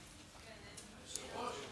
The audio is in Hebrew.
היושב-ראש,